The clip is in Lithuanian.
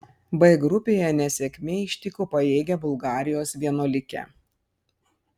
b grupėje nesėkmė ištiko pajėgią bulgarijos vienuolikę